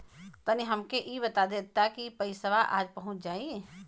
तनि हमके इ बता देती की पइसवा आज पहुँच जाई?